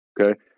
okay